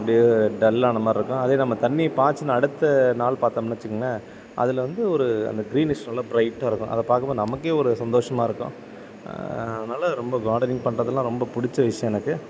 அப்டியே டல்லான மாதிரி இருக்கும் அதே நம்ம தண்ணி பாய்ச்சின அடுத்த நாள் பார்த்தோம்னு வெச்சுங்களேன் அதில் வந்து ஒரு அந்த க்ரீனிஷ் நல்லா ப்ரைட்டா இருக்கும் அத பார்க்கும்போது நமக்கே ஒரு சந்தோஷமாக இருக்கும் அதனால ரொம்ப கார்டனிங் பண்ணுறதெல்லாம் ரொம்ப பிடிச்ச விஷயம் எனக்கு